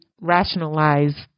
rationalize